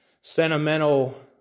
sentimental